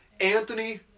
Anthony